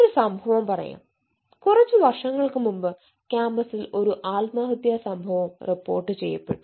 ഒരു സംഭവം പറയാം കുറച്ച് വർഷങ്ങൾക്ക് മുമ്പ് കാമ്പസിൽ ഒരു ആത്മഹത്യ സംഭവം റിപ്പോർട്ട് ചെയ്യപ്പെട്ടു